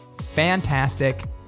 fantastic